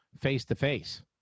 face-to-face